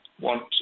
want